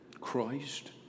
Christ